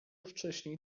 wcześniej